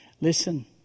Listen